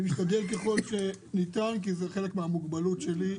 אני משתדל ככל הניתן כי זה חלק מן המוגבלות שלי.